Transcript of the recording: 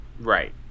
Right